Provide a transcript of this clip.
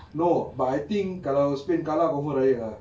no but I think kalau spain kalah confirm raih ah